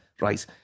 right